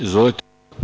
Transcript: Izvolite.